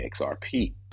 XRP